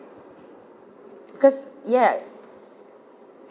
because ya